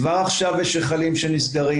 כבר עכשיו יש היכלים שנסגרים,